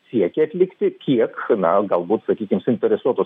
siekia atlikti kiek na galbūt sakykim suinteresuotos